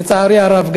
לצערי הרב,